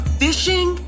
fishing